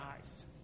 eyes